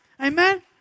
Amen